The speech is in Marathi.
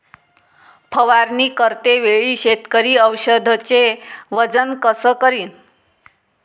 फवारणी करते वेळी शेतकरी औषधचे वजन कस करीन?